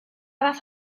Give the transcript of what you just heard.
fath